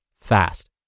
fast